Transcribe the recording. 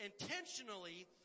intentionally